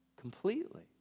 completely